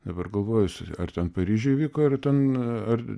dabar galvoju jis ar ten paryžiuj vyko ar ten ar